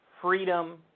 freedom